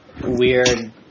weird